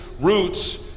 roots